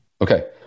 Okay